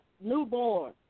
newborn